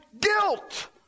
guilt